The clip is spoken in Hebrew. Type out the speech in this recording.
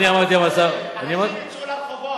אנשים יצאו לרחובות,